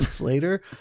later